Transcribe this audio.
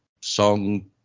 Song